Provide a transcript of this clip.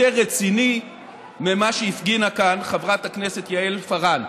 רציני ממה שהפגינה כאן חברת הכנסת יעל פארן,